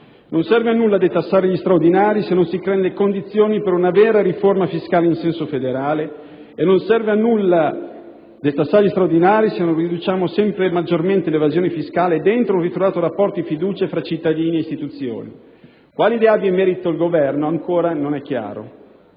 Non serve a nulla detassare gli straordinari se non si creano le condizioni per una vera riforma fiscale in senso federale e non serve a nulla detassare gli straordinari se non riduciamo sempre maggiormente l'evasione fiscale dentro un ritrovato rapporto di fiducia tra cittadini e istituzioni. Quali idee abbia in merito il Governo ancora non è chiaro,